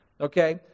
Okay